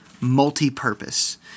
multi-purpose